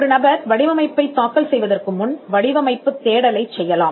ஒரு நபர் வடிவமைப்பைத் தாக்கல் செய்வதற்கு முன் வடிவமைப்புத் தேடலைச் செய்யலாம்